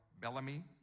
Bellamy